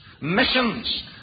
missions